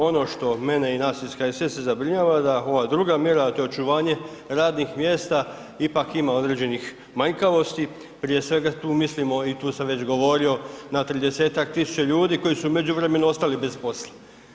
Ono što mene i nas iz HSS-a zabrinjava da ova druga mjera a to je očuvanje radnih mjesta ipak ima određenih manjkavosti, prije svega tu mislimo i tu sam već govorio na 30-ak tisuća ljudi koji su u međuvremenu ostali bez posla.